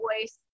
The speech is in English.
voice